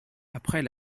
après